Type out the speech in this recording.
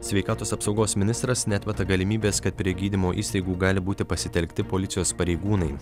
sveikatos apsaugos ministras neatmeta galimybės kad prie gydymo įstaigų gali būti pasitelkti policijos pareigūnai